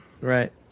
Right